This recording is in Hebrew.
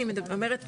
אני אומרת,